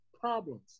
problems